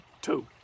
Two